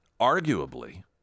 Arguably